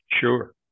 sure